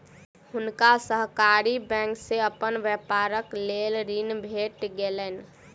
हुनका सहकारी बैंक से अपन व्यापारक लेल ऋण भेट गेलैन